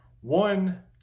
one